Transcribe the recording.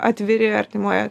atviri artimoje